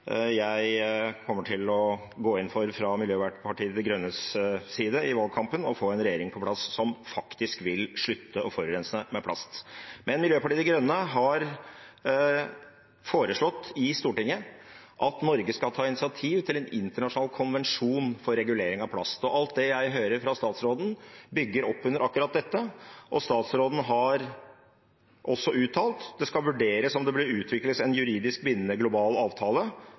Jeg kommer til å gå inn for, fra Miljøpartiet De Grønnes side, i valgkampen å få en regjering på plass som faktisk vil slutte å forurense med plast. Men Miljøpartiet De Grønne har foreslått i Stortinget at Norge skal ta initiativ til en internasjonal konvensjon for regulering av plast, og alt det jeg hører fra statsråden, bygger opp under akkurat dette. Statsråden har også uttalt at det skal vurderes om det bør utvikles en juridisk bindende global avtale